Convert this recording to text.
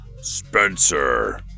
Spencer